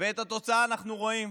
ואת התוצאה אנחנו רואים.